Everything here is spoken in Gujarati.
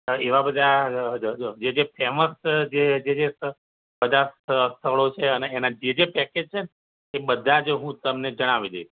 એવા બધા અઅજજ જે જે ફેમસ જે જે સ્થળ બધા સ્થળો છે અને એના જે જે પેકેજ છે ને એ બધા જ હું તમને જણાવી દઈશ